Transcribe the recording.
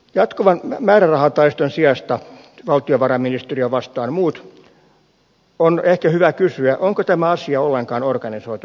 jatkuvan määrärahataiston sijasta valtiovarainministeriö vastaan muut on ehkä hyvä kysyä onko tämä asia ollenkaan organisoitu järkevällä tavalla